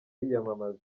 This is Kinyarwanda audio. yiyamamaza